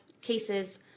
cases